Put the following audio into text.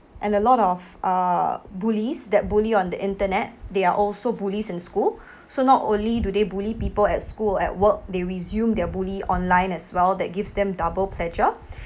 and a lot of uh bullies that bully on the internet they are also bullies in school so not only do they bully people at school at work they resumed their bully online as well that gives them double pleasure